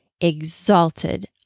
exalted